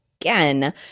again